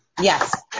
Yes